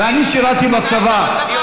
אני שירתי בצבא.